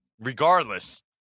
regardless